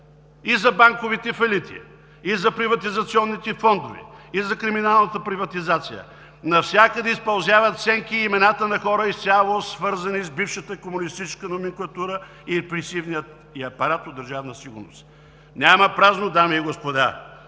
и за банковите фалити, и за приватизационните фондове, и за криминалната приватизация. Навсякъде изпълзяват сенките и имената на хора, изцяло свързани с бившата комунистическа номенклатура и репресивния апарат от Държавна сигурност. Няма празно, дами и господа!